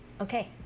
okay